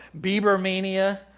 Biebermania